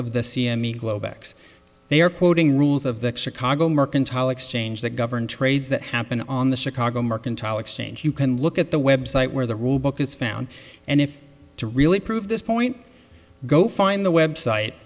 x they are quoting rules of the chicago mercantile exchange that govern trades that happen on the chicago mercantile exchange you can look at the website where the rule book is found and if to really prove this point go find the website